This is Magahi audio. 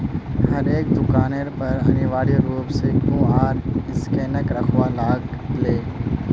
हरेक दुकानेर पर अनिवार्य रूप स क्यूआर स्कैनक रखवा लाग ले